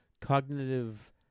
cognitive